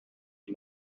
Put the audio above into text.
you